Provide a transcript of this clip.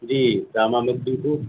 جی